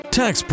tax